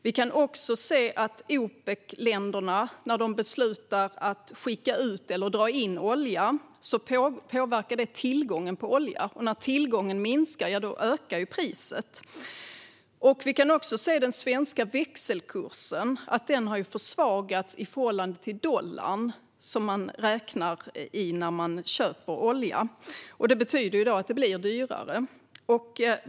Vi kan också se att när Opecländerna beslutar att skicka ut eller dra in olja påverkar detta tillgången på olja, och när tillgången minskar stiger priset. Vi kan också se att den svenska växelkursen har försvagats i förhållande till dollarn, som man räknar i när man köper olja. Detta betyder att det blir dyrare.